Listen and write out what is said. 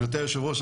גברתי יושבת הראש,